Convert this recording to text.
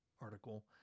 article